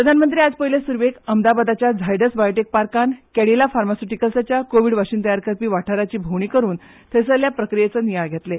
प्रधानमंत्री आयज पयले सुरवेक अहमदाबाडच्या झायडस बायोटेक पार्कान कॅडीला फार्मास्युटीकलच्या कोविड वाशिन तयार करपी वाठाराची भोवणी करून थंयसल्ल्या प्रक्रियेचो नियाळ घेतले